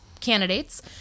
candidates